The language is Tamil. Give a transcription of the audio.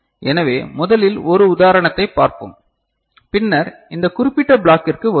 எனவே முதலில் ஒரு உதாரணத்தைப் பார்ப்போம் பின்னர் இந்த குறிப்பிட்ட பிளாக்கிற்கு வருவோம்